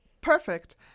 perfect